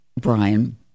Brian